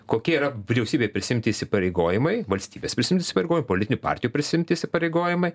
kokia yra vyriausybėj prisiimti įsipareigojimai valstybės prisiimti įsipareigojimai politinių partijų prisiimti įsipareigojimai